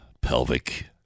pelvic